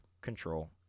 control